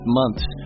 months